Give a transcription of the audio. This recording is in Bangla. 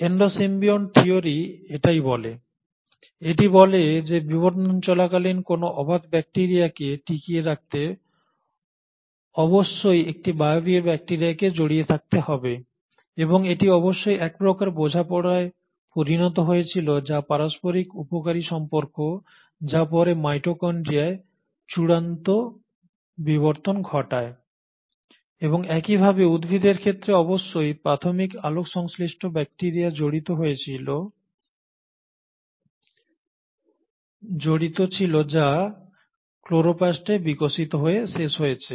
এন্ডো সিম্বিয়ন্ট থিয়োরি এটাই বলে এটি বলে যে বিবর্তন চলাকালীন কোনও অবাত ব্যাকটিরিয়াকে টিকিয়ে রাখতে অবশ্যই একটি বায়বীয় ব্যাকটিরিয়াকে জড়িত থাকতে হবে এবং এটি অবশ্যই এক প্রকার বোঝাপড়ায় পরিণত হয়েছিল যা পারস্পরিক উপকারী সম্পর্ক যা পরে মাইটোকন্ড্রিয়ার চূড়ান্ত বিবর্তন ঘটায় এবং একইভাবে উদ্ভিদের ক্ষেত্রে অবশ্যই প্রাথমিক আলোকসংশ্লিষ্ট ব্যাকটিরিয়া জড়িত ছিল যা ক্লোরোপ্লাস্টে বিকশিত হয়ে শেষ হয়েছে